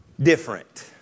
different